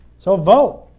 so, vote.